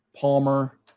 Palmer